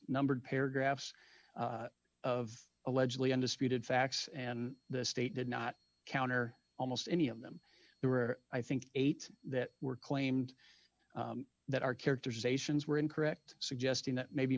numbered paragraphs of allegedly undisputed facts and the state did not count or almost any of them there were i think eight that were claimed that our characterizations were incorrect suggesting that maybe